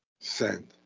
send